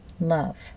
Love